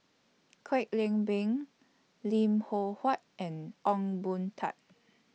Kwek Leng Beng Lim Loh Huat and Ong Boon Tat